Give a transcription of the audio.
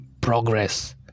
Progress